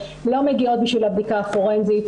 לא מגיעות בשביל הבדיקה הפורנזית,